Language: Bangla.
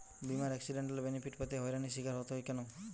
বিমার এক্সিডেন্টাল বেনিফিট পেতে হয়রানির স্বীকার হতে হয় কেন?